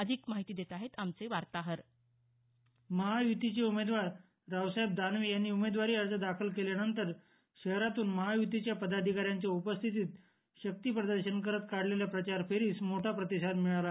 अधिक माहिती देत आहेत आमचे वार्ताहर महायुतिचे उमेदवार रावसाहेब दानवे यांनी उमेदवारी अर्ज दाखल केल्यानंतर शहरातून महायुतिच्या पदाधिकाऱ्यांच्या उपस्थितीत शक्तिप्रदर्शन करत काढलेल्या प्रचंड मोठा प्रतिसाद मिळाला